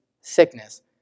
sickness